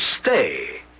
stay